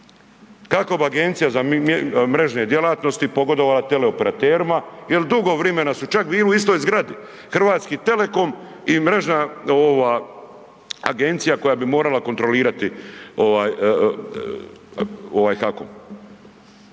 kako bi Agencija za mrežne djelatnosti pogodovala teleoperaterima jel dugo vrimena su čak i u istoj zgradi Hrvatski telekom i mrežna ova agencija koja bi morala kontrolirali ovaj HAKOM.